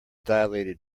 dilated